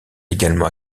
également